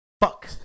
fuck